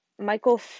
Michael